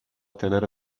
tenere